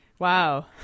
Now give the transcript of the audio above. Wow